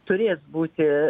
turės būti